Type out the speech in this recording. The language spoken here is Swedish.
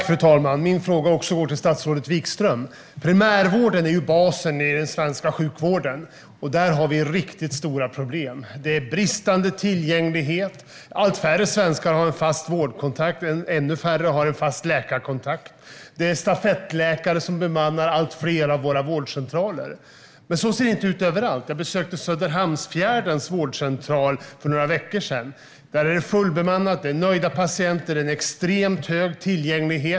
Fru talman! Även min fråga går till statsrådet Wikström. Primärvården är basen i den svenska sjukvården. Där har vi riktigt stora problem. Det är bristande tillgänglighet. Allt färre svenskar har en fast vårdkontakt. Ännu färre har en fast läkarkontakt. Stafettläkare bemannar allt fler av våra vårdcentraler. Men så ser det inte ut överallt. Jag besökte Söderhamnsfjärdens vårdcentral för några veckor sedan. Där är det fullbemannat. Det är nöjda patienter och en extremt hög tillgänglighet.